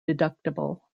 deductible